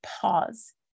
pause